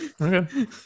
Okay